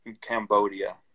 Cambodia